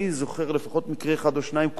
אני זוכר לפחות מקרה אחד או שניים,